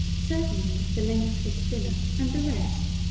certainly the length is thinner and the rest,